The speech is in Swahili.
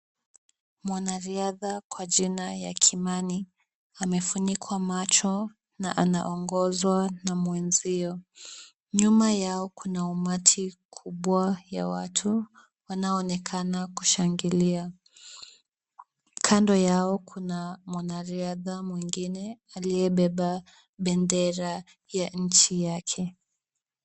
Mwanariadha kwa jina ya Kimani, amefunikwa macho na anaongozwa na mwenzie. Nyuma yao kuna umati kubwa wa watu wanaoonekana kushangilia. Kando yao kuna mwanariadha mwingine, aliyebeba bendera ya nchi yake.